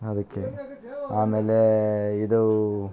ಅದಕ್ಕೆ ಆಮೇಲೇ ಇದು